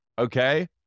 okay